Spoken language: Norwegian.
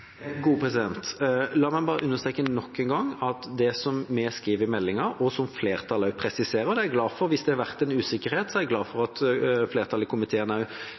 La meg bare understreke nok en gang det som vi skriver i meldingen, og som flertallet også presiserer. Jeg er glad for, hvis det har vært en usikkerhet, at flertallet i komiteen skriver at ideelle kan levere omsorgsplasser til barn under 13 år, samt rusplasser. Det er i